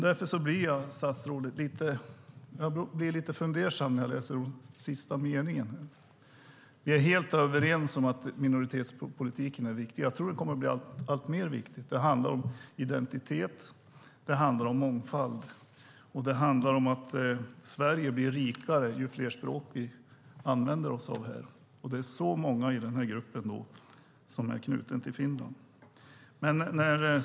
Därför blir jag, statsrådet, lite fundersam när jag läser den sista delen av interpellationssvaret. Vi är helt överens om att minoritetspolitiken är viktig. Jag tror att den kommer att bli allt viktigare. Det handlar om identitet och mångfald. Det handlar om att Sverige blir rikare ju fler språk vi använder oss av här. Det är så många i den här gruppen som är knutna till Finland.